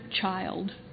child